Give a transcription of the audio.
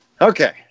Okay